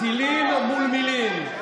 טילים מול מילים.